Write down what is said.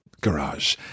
garage